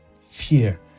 fear